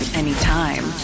anytime